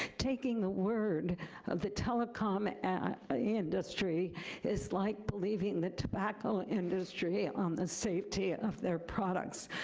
taking the word of the telecom ah industry is like believing the tobacco industry on the safety of their products.